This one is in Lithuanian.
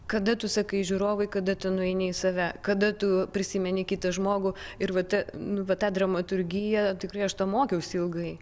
kada tu sakai žiūrovai kada nueini į save kada tu prisimeni kitą žmogų ir vat nu va ta dramaturgija tikrai aš to mokiausi ilgai